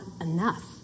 enough